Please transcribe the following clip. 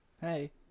Hey